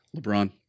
LeBron